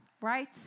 Right